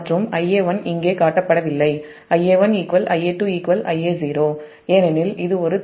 மற்றும் Ia1 இங்கே காட்டப்படவில்லை Ia1 Ia2 Ia0 ஏனெனில் இது ஒரு தொடர் சுற்று